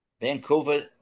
Vancouver